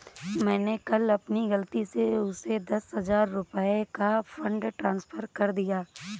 मैंने कल अपनी गलती से उसे दस हजार रुपया का फ़ंड ट्रांस्फर कर दिया